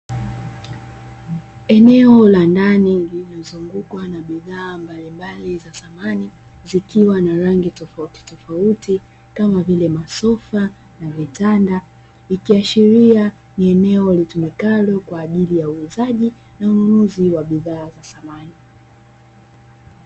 Eneo la ndani linalozungukwa na bidhaa mbalimbali za samani, zikiwa na rangi tofautitofauti, kama vile masofa na vitanda, ikiashiria ni eneo litumikalo kwa ajili ya uuzaji na ununuzi wa bidhaa za samani.